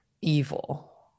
evil